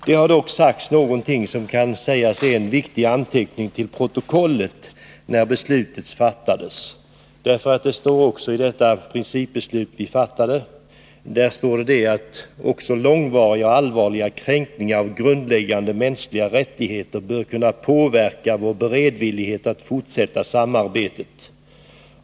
Det har dock sagts någonting när beslutet fattades som kan sägas vara en viktig anteckning till protokollet. Det står också i det principbeslut som vi fattade: Också långvariga och allvarliga kränkningar av grundläggande mänskliga rättigheter bör kunna påverka vår beredvillighet att fortsätta samarbetet.